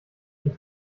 ich